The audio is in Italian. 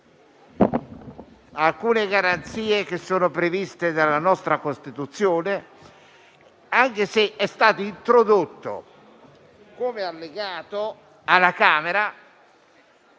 alcune garanzie previste dalla nostra Costituzione, anche se è stato introdotto come allegato alla Camera